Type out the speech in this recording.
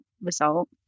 result